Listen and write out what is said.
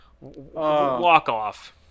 walk-off